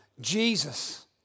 Jesus